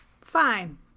Fine